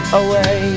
away